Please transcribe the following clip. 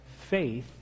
faith